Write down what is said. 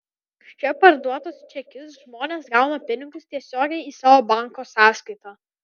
už čia parduotus čekius žmonės gauna pinigus tiesiogiai į savo banko sąskaitą